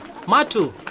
Matu